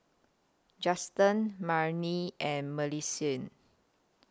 Justen Marnie and Millicent